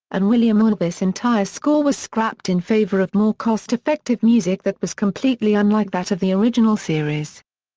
and william olvis' entire score was scrapped in favor of more cost-effective music that was completely unlike that of the original series.